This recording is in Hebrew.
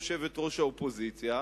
יושבת-ראש האופוזיציה,